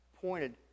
pointed